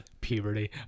Puberty